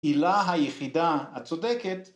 ‫עילה היחידה הצודקת.